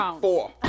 four